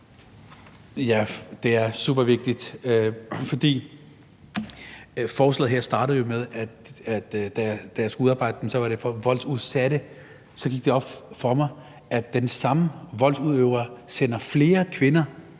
Ja, det er supervigtigt. For forslaget her startede jo med, da jeg skulle udarbejde det, at det var for voldsudsatte. Så gik det op for mig, at den samme voldsudøver sender flere kvinder